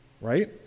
right